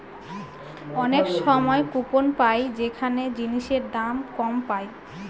অনেক সময় কুপন পাই যেখানে জিনিসের ওপর দাম কম পায়